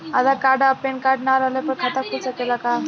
आधार card आ PAN card ना रहला पर खाता खुल सकेला का?